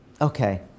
okay